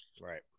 Right